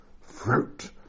fruit